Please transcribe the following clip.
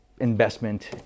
investment